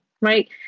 right